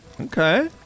Okay